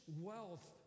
wealth